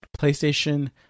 PlayStation